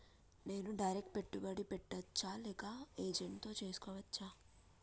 నేను డైరెక్ట్ పెట్టుబడి పెట్టచ్చా లేక ఏజెంట్ తో చేస్కోవచ్చా?